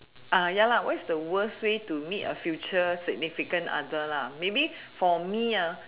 uh ya lah what's the worst way to meet a future significant other lah maybe for me ah